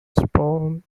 spawned